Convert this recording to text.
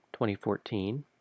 2014